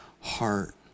heart